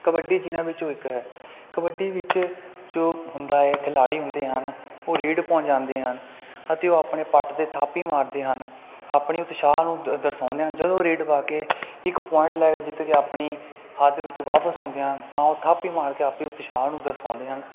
ਕਬੱਡੀ ਜਿਨ੍ਹਾਂ ਵਿੱਚੋਂ ਇੱਕ ਹੈ ਕਬੱਡੀ ਵਿੱਚ ਜੋ ਹੁੰਦਾ ਹੈ ਖਿਡਾਰੀ ਹੁੰਦੇ ਹਨ ਉਹ ਰੇਡ ਪਾਉਣ ਜਾਂਦੇ ਹਨ ਅਤੇ ਉਹ ਆਪਣੇ ਪੱਟ 'ਤੇ ਥਾਪੀ ਮਾਰਦੇ ਹਨ ਆਪਣੇ ਉਤਸ਼ਾਹ ਨੂੰ ਦ ਦਰਸਾਉਂਦੇ ਹਨ ਜਦੋਂ ਰੇਡ ਪਾ ਕੇ ਇੱਕ ਪੁਆਇੰਟ ਲੈ ਕੇ ਜਿੱਥੇ ਕਿ ਆਪਣੀ ਹੱਦ ਵਿੱਚ ਵਾਪਿਸ ਆਉਂਦੇ ਹਨ ਤਾਂ ਉਹ ਥਾਪੀ ਮਾਰ ਕੇ ਆਪੇ ਉਤਸ਼ਾਹ ਨੂੰ ਦਰਸਾਉਂਦੇ ਹਨ